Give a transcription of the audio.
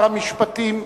המשפטים,